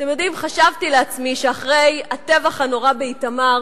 אתם יודעים, חשבתי לעצמי שאחרי הטבח הנורא באיתמר